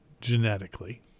genetically